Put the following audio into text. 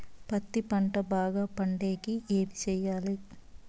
పత్తి పంట బాగా పండే కి ఏమి చెయ్యాలి?